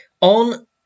on